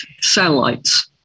satellites